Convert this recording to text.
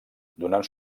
donant